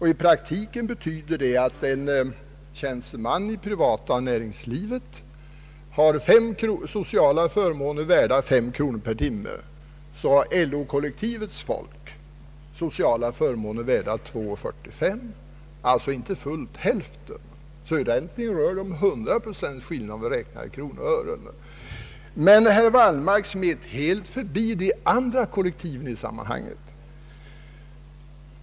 I praktiken betyder det att en tjänsteman i det privata näringslivet har sociala förmåner värda 5 kronor per timme, medan LO-kollektivets folk har sociala förmåner värda 2:45, alltså inte fullt hälften. Man kan alltså säga att skillnaden är 100 procent! Men herr Wallmark smet helt förbi de andra kollektiven i sammanhanget.